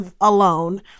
alone